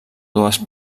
dues